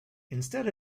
instead